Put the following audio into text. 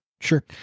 Sure